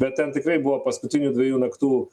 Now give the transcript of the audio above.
bet ten tikrai buvo paskutinių dviejų naktų